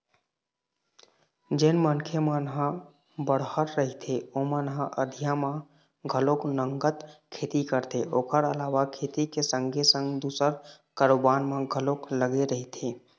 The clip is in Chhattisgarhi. जेन मनखे मन ह बड़हर रहिथे ओमन ह अधिया म घलोक नंगत खेती करथे ओखर अलावा खेती के संगे संग दूसर कारोबार म घलोक लगे रहिथे